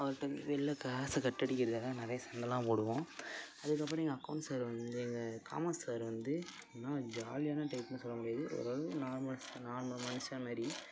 அவரகிட்ட வெளில க்ளாஸ் கட்டடிக்கிறதுக்காக நிறைய சண்டயெலாம் போடுவோம் அதுக்கப்புறம் எங்கள் அக்கவுன்ஸ் சார் வந்து எங்கள் காமர்ஸ் சார் வந்து நல்ல ஜாலியான டைப்புன்னு சொல்ல முடியாது ஓரளவு நார்மல் நார்மல் மனுஷன் மாரி